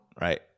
right